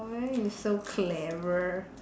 why you so clever